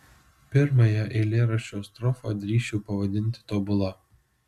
pirmąją eilėraščio strofą drįsčiau pavadinti tobula